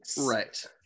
Right